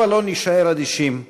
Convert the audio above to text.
הבה לא נישאר אדישים,